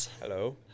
hello